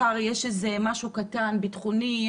מחר יש משהו קטן ביטחוני,